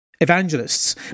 evangelists